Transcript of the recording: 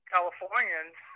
Californians